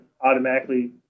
automatically